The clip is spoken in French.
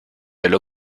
elle